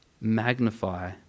magnify